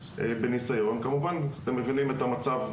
בניסיון כמובן אתם מבינים את המצב,